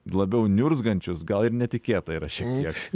labiau niurzgančius gal ir netikėtayra šiek tiek